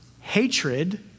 Hatred